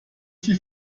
die